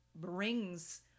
brings